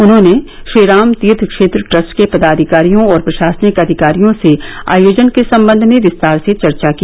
उन्होंने श्रीराम तीर्थ क्षेत्र ट्रस्ट के पदाधिकारियों और प्रशासनिक अधिकारियों से आयोजन के सम्बंध में विस्तार से चर्चा की